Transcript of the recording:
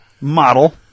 model